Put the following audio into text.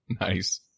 Nice